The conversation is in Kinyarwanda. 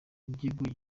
igihugu